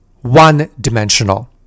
one-dimensional